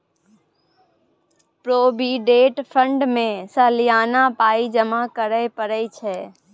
provident fund मे सलियाना पाइ जमा करय परय छै